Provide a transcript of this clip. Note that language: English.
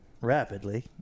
rapidly